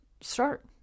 start